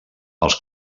als